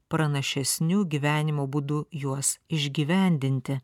pranašesniu gyvenimo būdu juos išgyvendinti